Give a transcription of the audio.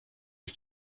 ich